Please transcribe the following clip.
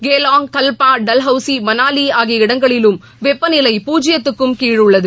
Geylang Kalpa Dalhousie Manali ஆகிய இடங்களிலும் வெப்பநிலை பூஜ்ஜியத்துக்கும் கீழ் உள்ளது